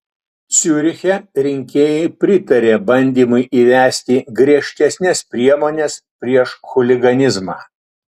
ciuriche rinkėjai pritarė bandymui įvesti griežtesnes priemones prieš chuliganizmą